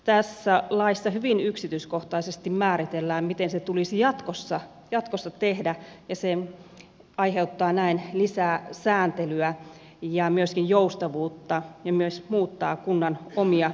tässä laissa hyvin yksityiskohtaisesti määritellään miten se tulisi jatkossa tehdä ja se aiheuttaa näin lisää sääntelyä ja myöskin joustavuutta ja myös muuttaa kunnan omia toimintamalleja